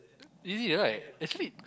easy right actually